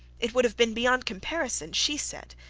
it would have been beyond comparison she said,